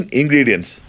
ingredients